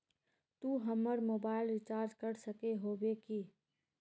तू हमर mobile recharge कर सके होबे की?